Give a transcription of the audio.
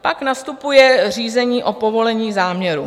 Pak nastupuje řízení o povolení záměru.